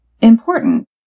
important